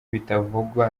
bitavugwa